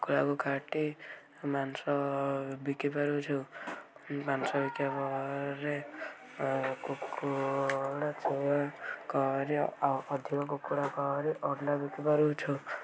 କୁକୁଡ଼ାକୁ କାଟି ମାଂସ ବିକି ପାରୁଛୁ ମାଂସ ବିକିବା ଫଳରେ କୁକୁଡ଼ା ଛୁଆ କରି ଅଧିକା କୁକୁଡ଼ା କରି ଅଣ୍ଡା ବିକି ପାରୁଛୁ